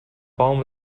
baum